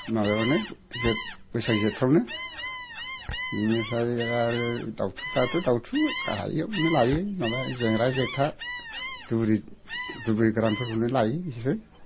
माबायावनो जेथ बैसाग जेथ फ्रावनो बिनिफ्राय आरो दाउथुफ्राथ' दाउथु लायोआनो लायो जेंला जेंथा दुब्रि गोरानफोरखौनो लायो बिसोरो